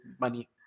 money